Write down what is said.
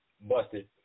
busted